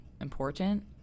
important